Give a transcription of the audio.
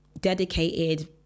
dedicated